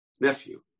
nephew